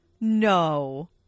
no